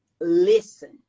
listen